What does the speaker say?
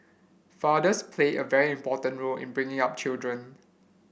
fathers play a very important role in bringing up children